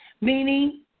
meaning